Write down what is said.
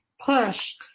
push